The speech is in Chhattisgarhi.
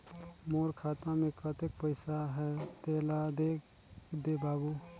मोर खाता मे कतेक पइसा आहाय तेला देख दे बाबु?